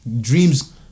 Dreams